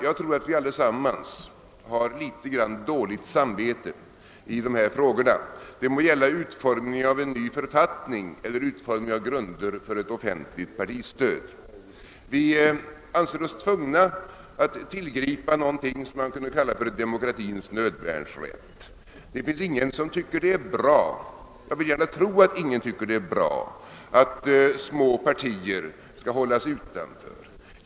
Jag tror att vi allesammans har litet grand dåligt samvete i dessa frågor; det må gälla utformningen av en ny författning eller utformningen av grunderna för ett offentligt partistöd. Vi anser oss tvungna att tillgripa någonting som man skulle kunna kalla demokratins nödvärnsrätt. Det finns ingen som tycker att det är bra — jag vill gärna tro det — att små partier skall hållas utanför.